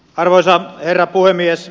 arvoisa herra puhemies